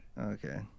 okay